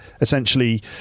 essentially